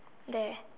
there